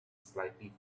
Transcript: slightly